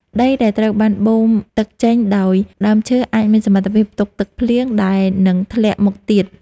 ដីដែលត្រូវបានបូមទឹកចេញដោយដើមឈើអាចមានសមត្ថភាពផ្ទុកទឹកភ្លៀងដែលនឹងធ្លាក់មកទៀត។